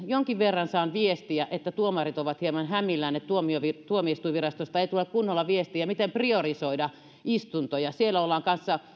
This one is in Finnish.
jonkin verran saan viestiä että tuomarit ovat hieman hämillään siitä että tuomioistuinvirastosta ei tule kunnolla viestiä miten priorisoida istuntoja siellä ollaan